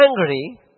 angry